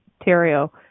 Ontario